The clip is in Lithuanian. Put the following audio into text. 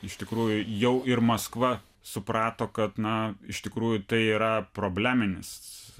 iš tikrųjų jau ir maskva suprato kad na iš tikrųjų tai yra probleminis